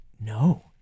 No